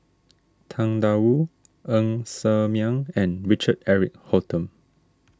Tang Da Wu Ng Ser Miang and Richard Eric Holttum